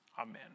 Amen